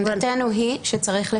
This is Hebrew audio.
העמדה שלנו היא שמדובר